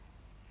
mm